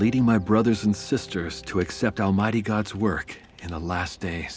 leading my brothers and sisters to accept almighty god's work in the last day